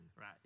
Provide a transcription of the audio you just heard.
Right